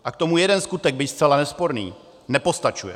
A k tomu jeden skutek, byť zcela nesporný, nepostačuje.